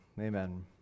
amen